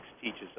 teaches